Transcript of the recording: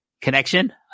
connection